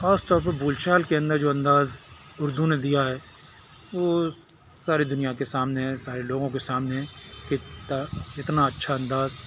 خاص طور پر بول چال کے اندر جو انداز اردو نے دیا ہے وہ ساری دنیا کے سامنے ہے سارے لوگوں کے سامنے ہے کتنا کتنا اچھا انداز